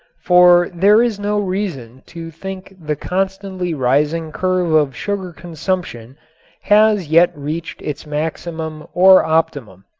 for there is no reason to think the constantly rising curve of sugar consumption has yet reached its maximum or optimum.